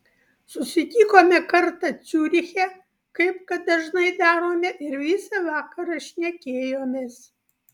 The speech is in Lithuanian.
susitikome kartą ciuriche kaip kad dažnai darome ir visą vakarą šnekėjomės